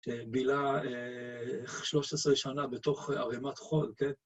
בילה שלוש עשרה שנה בתוך ערימת חול, כן?